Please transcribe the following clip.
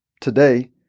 today